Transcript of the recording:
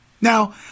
Now